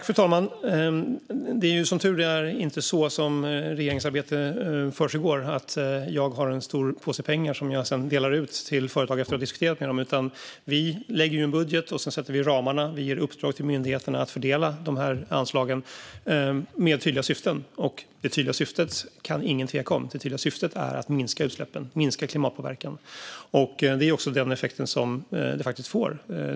Fru talman! Det är som tur inte så regeringsarbete försiggår, att jag har en stor påse pengar som jag sedan delar ut till företag efter att ha diskuterat med dem. Vi lägger fram en budget och sätter ramarna, och vi ger uppdrag till myndigheterna att fördela anslagen med tydliga syften. Det tydliga syftet kan ingen tveka om. Det tydliga syftet är att minska utsläppen och minska klimatpåverkan. Det är också den effekt som det får.